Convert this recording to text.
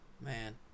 man